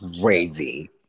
crazy